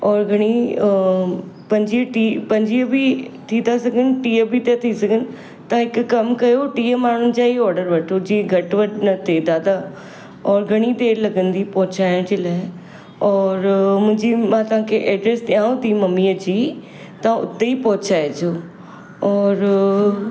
और घणी पंजुवीह टीह पंजुवीह बि थी था सघनि टीह बि त थी सघनि त हिकु कमु कयो टीह माण्हुनि जा ई ऑडर वठो जीअं घटि वटि न थे दादा और घणी देरि लॻंदी पहुचाइण जे लाइ और मुंहिंजी मां तव्हांखे एड्रेस ॾियांव थी ममीअ जी तां उते ई पहुचाइजो और